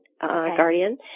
Guardian